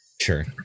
sure